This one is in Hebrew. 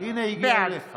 בעד